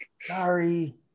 Sorry